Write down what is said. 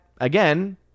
again